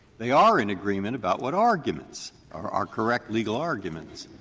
they are in agreement about what arguments are are correct legal arguments,